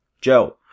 Joe